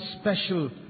special